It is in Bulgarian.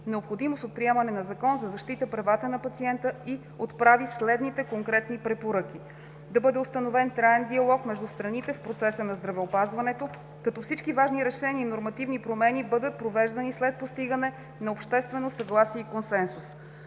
необходимост от приемане на Закон за защита правата на пациента и отправи следните конкретни препоръки: - Да бъде установен траен диалог между страните в процеса на здравеопазването, като всички важни решения и нормативни промени бъдат провеждани след постигане на обществено съгласие и консенсус;